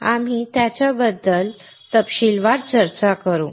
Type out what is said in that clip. आम्ही त्यांच्याबद्दल तपशीलवार चर्चा करू